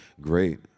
Great